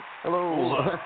Hello